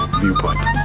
viewpoint